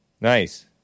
Nice